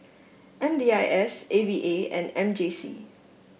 M D I S A V A and M J C